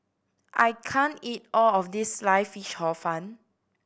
I can't eat all of this Sliced Fish Hor Fun